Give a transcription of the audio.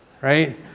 Right